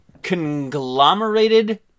conglomerated